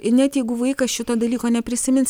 ir net jeigu vaikas šito dalyko neprisimins